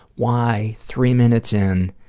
why, three minutes in,